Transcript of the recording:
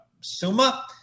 Suma